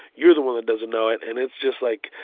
you're the one that doesn't know it, and it's just, like,